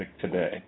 today